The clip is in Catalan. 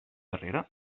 darrere